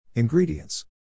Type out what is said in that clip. Ingredients